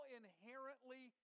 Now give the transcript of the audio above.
inherently